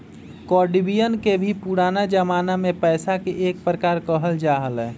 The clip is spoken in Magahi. कौडियवन के भी पुराना जमाना में पैसा के एक प्रकार कहल जा हलय